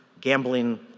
gambling